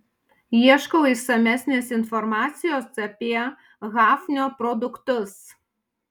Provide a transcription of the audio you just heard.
ieškau išsamesnės informacijos apie hafnio produktus